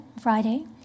Friday